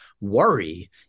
worry